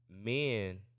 Men